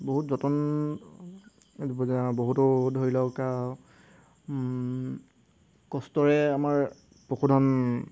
বহুত যতন বহুতো ধৰি লওক আৰু কষ্টৰে আমাৰ পশুধন